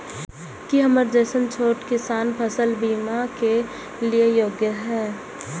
की हमर जैसन छोटा किसान फसल बीमा के लिये योग्य हय?